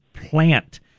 plant